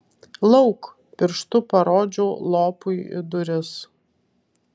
lauk pirštu parodžiau lopui į duris